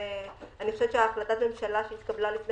אני חושבת שהחלטת הממשלה שהתקבלה לפני